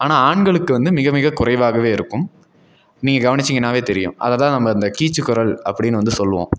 ஆனால் ஆண்களுக்கு வந்து மிக மிக குறைவாகவே இருக்கும் நீங்கள் கவனிச்சிங்கன்னால் தெரியும் அதை தான் நம்ம அந்த கீச்சுக்குரல் அப்படினு வந்து சொல்லுவோம்